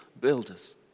builders